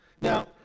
Now